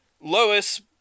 Lois